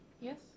Yes